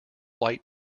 white